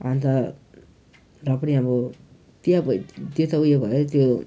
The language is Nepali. अन्त र पनि अब त्यहाँ प त्यो त उयो भयो त्यो